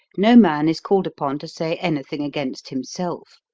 no man is called upon to say any thing against himself.